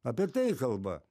apie tai kalba